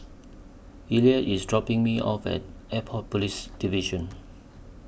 Elliott IS dropping Me off At Airport Police Division